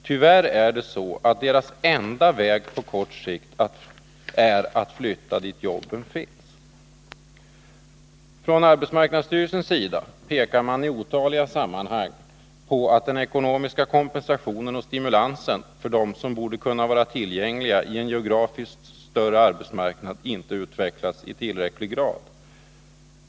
Tyvärr är det så att deras enda utväg på kort sikt är att flytta dit jobben finns.” Från arbetsmarknadsstyrelsens sida pekar man i otaliga sammanhang på att den ekonomiska kompensationen och stimulansen för dem som borde kunna vara tillgängliga i en geografiskt större arbetsmarknad inte utvecklats i tillräcklig grad.